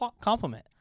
compliment